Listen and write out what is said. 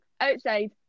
outside